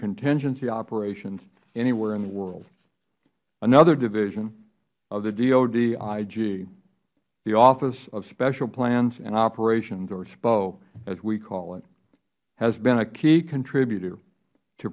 contingency operations anywhere in the world another division of the dod ig the office of special plans and operations or spo as we call it has been a key contributor to